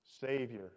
savior